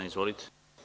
Izvolite.